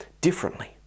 differently